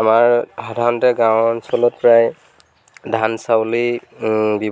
আমাৰ সাধাৰণতে গাঁও অঞ্চলত প্ৰায় ধান চাউলেই